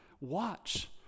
watch